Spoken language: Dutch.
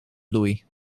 bloei